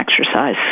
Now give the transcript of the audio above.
exercise